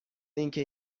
اینکه